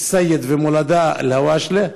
א-סייד ומולדה אלהוואשלה,